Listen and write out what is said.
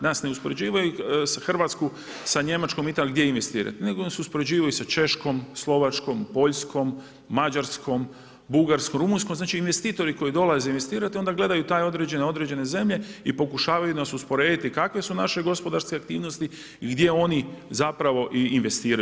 Nas ne uspoređuju Hrvatsku sa Njemačkom, Italijom gdje investirati, nego nas uspoređuju sa Češkom, Slovačkom, Poljskom, Mađarskom, Bugarskom, Rumunjskom znači investitori koji dolaze investirati onda gledaju određene zemlje i pokušavaju nas usporediti kakve su naše gospodarske aktivnosti i gdje oni investiraju.